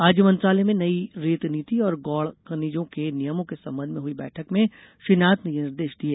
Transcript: आज मंत्रालय में नई रेत नीति और गौण खनिजों के नियमों के संबंध में हुई बैठक में श्री नाथ ने यह निर्देश दिए